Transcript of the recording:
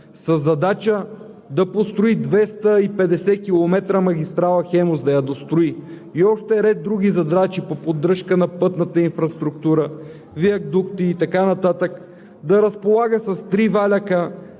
със задача да построи 250 км магистрала „Хемус“, да я дострои и още ред други задачи по поддръжка на пътната инфраструктура, виадукти и така нататък да разполага с 3 валяка,